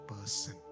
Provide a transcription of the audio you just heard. person